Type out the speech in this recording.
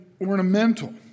ornamental